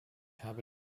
habe